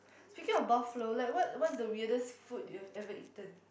speaking of buffalo like what what's the weirdest food you've ever eaten